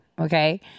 okay